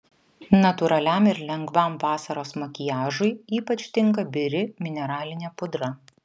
natūraliam ir lengvam vasaros makiažui ypač tinka biri mineralinė pudra